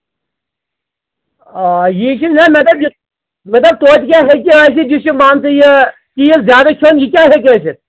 آ یہِ کہِ نہ مےٚ دوٚپ یہِ مےٚ دوٚپ تویتہِ کیٛاہ ہیٚکہِ ٲسِتھ یہِ چھِ مان ژٕ یہِ تیٖل زیادَے کھٮ۪وان یہِ کیٛاہ ہیٚکہِ ٲسِتھ